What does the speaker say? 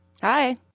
Hi